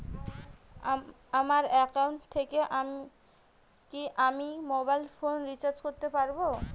আমার একাউন্ট থেকে কি আমি মোবাইল ফোন রিসার্চ করতে পারবো?